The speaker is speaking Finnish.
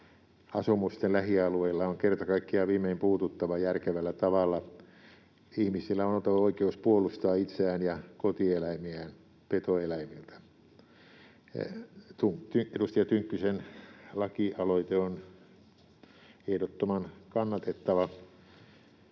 asumusten lähialueilla on kerta kaikkiaan viimein puututtava järkevällä tavalla. Ihmisillä on oltava oikeus puolustaa itseään ja kotieläimiään petoeläimiltä. Edustaja Tynkkysen lakialoite on ehdottoman kannatettava.